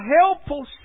helpful